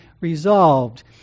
resolved